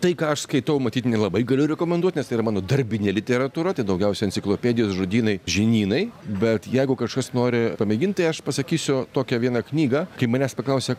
tai ką aš skaitau matyt nelabai galiu rekomenduot nes tai yra mano darbinė literatūra daugiausiai enciklopedijos žodynai žinynai bet jeigu kažkas nori pamėgint tai aš pasakysiu tokią vieną knygą kai manęs paklausia